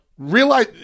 Realize